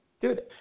dude